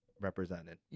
represented